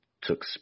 took